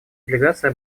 делегация